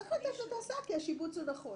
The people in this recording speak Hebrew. צריך לתת לו את ההסעה כי השיבוץ הוא נכון.